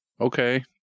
okay